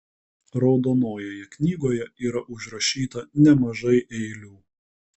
raudonojoje knygoje yra užrašyta nemažai eilių